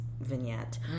vignette